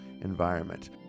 environment